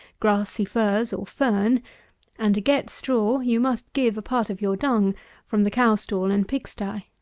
grassy furze, or fern and to get straw you must give a part of your dung from the cow-stall and pig-sty.